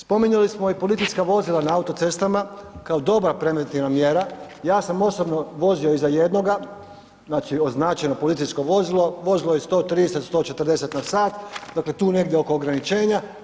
Spominjali smo i policijska vozila na autocestama, kao dobra preventivna mjera, ja sam osobno vozio iza jednoga, znači označeno policijsko vozilo, vozilo je 130, 140 na sat, dakle tu negdje oko ograničenja.